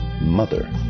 Mother